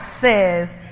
says